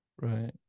Right